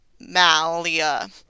malia